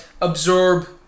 absorb